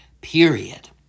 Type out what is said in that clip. period